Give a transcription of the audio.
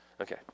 Okay